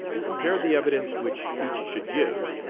compared the evidence which each should give,